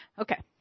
Okay